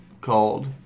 called